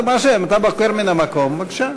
אתה בוחר מן המקום, בבקשה.